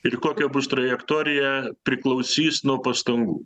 ir kokia bus trajektorija priklausys nuo pastangų